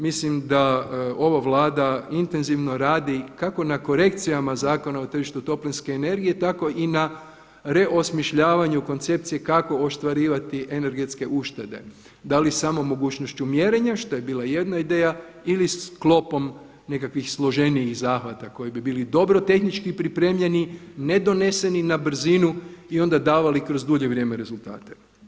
Mislim da ova Vlada intenzivno radi kako na korekciji Zakona o tržištu toplinske energije tako i na reosmišljavanju koncepcije kako ostvarivati energetske uštede da li samo mogućnošću mjerenja što je bila jedna ideja ili sklopom nekakvih složenijih zahvata koji bi bili dobro tehnički pripremljeni, nedoneseni na brzinu i onda davali kroz dulje vrijeme rezultate.